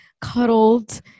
cuddled